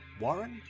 Warren